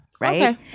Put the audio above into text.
right